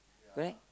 correct